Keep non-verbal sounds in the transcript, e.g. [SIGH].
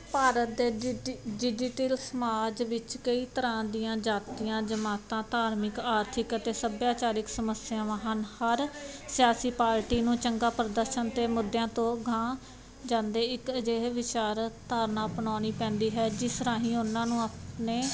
ਭਾਰਤ ਤੇ [UNINTELLIGIBLE] ਤਿਲ ਸਮਾਜ ਵਿੱਚ ਕਈ ਤਰ੍ਹਾਂ ਦੀਆਂ ਜਾਤੀਆਂ ਜਮਾਤਾਂ ਧਾਰਮਿਕ ਆਰਥਿਕ ਅਤੇ ਸੱਭਿਆਚਾਰਿਕ ਸਮੱਸਿਆਵਾਂ ਹਨ ਹਰ ਸਿਆਸੀ ਪਾਰਟੀ ਨੂੰ ਚੰਗਾ ਪ੍ਰਦਰਸ਼ਨ ਤੇ ਮੁੱਦਿਆਂ ਤੋਂ ਗਾਂਹ ਜਾਂਦੇ ਇੱਕ ਅਜਿਹੇ ਵਿਚਾਰ ਧਾਰਨਾ ਅਪਣਾਉਣੀ ਪੈਂਦੀ ਹੈ ਜਿਸ ਰਾਹੀਂ ਉਹਨਾਂ ਨੂੰ ਆਪਣੇ